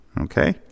okay